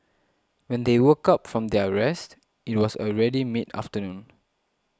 when they woke up from their rest it was already mid afternoon